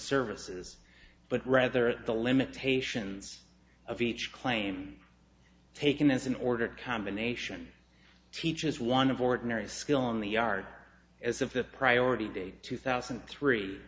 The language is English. services but rather the limitations of each claim taken as an order combination teaches one of ordinary skill in the art as if the priority date two thousand and three